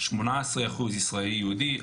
18 אחוז ישראלי יהודי,